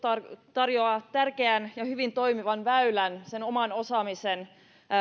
tarjoaa tärkeän ja hyvin toimivan väylän sen oman osaamisen